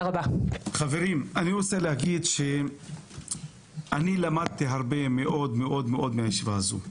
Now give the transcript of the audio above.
חברים, אני למדתי הרבה מאוד מהישיבה הזו.